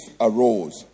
arose